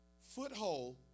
Foothold